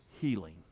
healing